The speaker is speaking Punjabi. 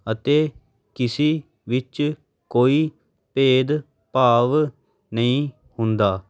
ਅਤੇ ਕਿਸੇ ਵਿੱਚ ਕੋਈ ਭੇਦ ਭਾਵ ਨਹੀਂ ਹੁੰਦਾ